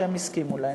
שהן הסכימו להם.